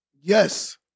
Yes